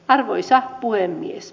arvoisa puhemies